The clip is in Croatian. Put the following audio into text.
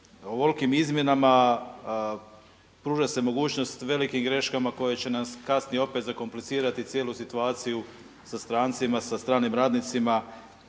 ovolikim izmjenama pruža se mogućnost velikim greškama koje će nas opet zakomplicirati cijelu situaciju sa strancima, sa stranim radnicima